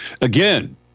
Again